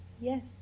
Yes